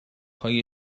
های